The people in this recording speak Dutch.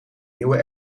nieuwe